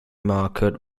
market